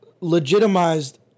legitimized